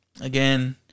again